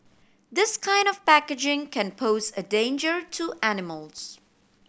this kind of packaging can pose a danger to animals